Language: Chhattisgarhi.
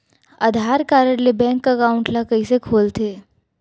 आधार कारड ले बैंक एकाउंट ल कइसे खोलथे?